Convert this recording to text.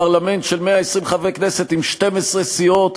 פרלמנט של 120 חברי כנסת עם 12 סיעות,